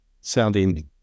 sounding